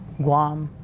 guam.